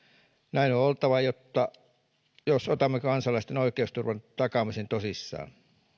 näin on on oltava jos otamme kansalaisten oikeusturvan takaamisen tosissamme